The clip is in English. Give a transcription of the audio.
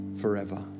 forever